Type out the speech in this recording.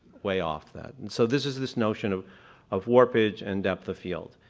way off that. so this is this notion of of warpage and depth of field.